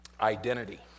identity